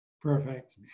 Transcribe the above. Perfect